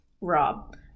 Rob